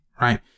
right